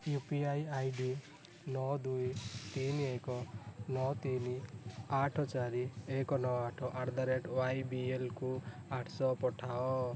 you P I I D ନଅ ଦୁଇ ତିନି ଏକ ନଅ ତିନି ଆଠ ଚାରି ଏକ ନଅ ଆଠ ଆଟ୍ ଦ ରେଟ୍ ୱାଇବିଏଲ୍କୁ ଆଠଶହ ପଠାଅ